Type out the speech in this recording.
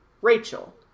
Rachel